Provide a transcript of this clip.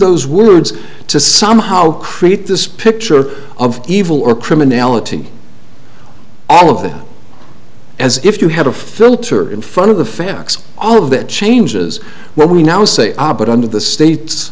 those words to somehow create this picture of evil or criminality all of this as if you had a filter in front of the facts all of that changes when we now say ah but under the state